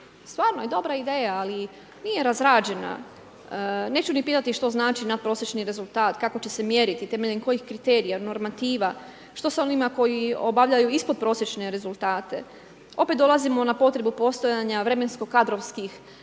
stvarno je dobra ideja, ali nije razrađena. Neću ni pitati što znači natprosječni rezultat, kako će se mjeriti, temeljem koji kriterija, normativa, što s onima koji obavljaju ispodprosječne rezultate. Opet dolazimo na potrebu postojanja vremensko kadrovskih